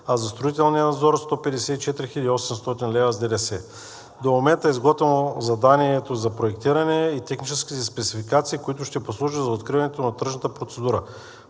а за строителния надзор – 154 800 лв. с ДДС. До момента е изготвено заданието за проектиране и техническите спецификации, които ще послужат за откриването на тръжната процедура.